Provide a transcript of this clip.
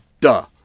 Duh